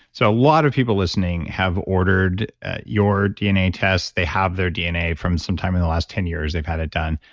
so a lot of people listening have ordered your dna test. they have their dna from some time in the last ten years they've had it done,